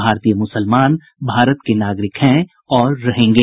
भारतीय मुसलमान भारत के नागरिक हैं और रहेंगे